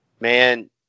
Man